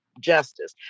justice